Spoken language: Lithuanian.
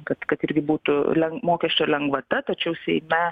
kad kad irgi būtų leng mokesčio lengvata tačiau seime